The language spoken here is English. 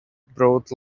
broad